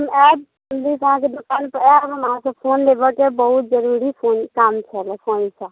हम आयब दुकान पे आयब हम अहाँकेँ फोन लेबऽ के बहुत जरूरी फोन काम छलै फोन कऽ